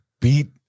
beat